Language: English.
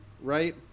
right